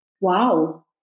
Wow